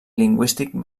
lingüístic